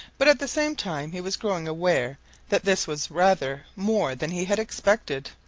but at the same time he was growing aware that this was rather more than he had expected.